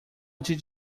did